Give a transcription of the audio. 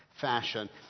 fashion